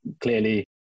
clearly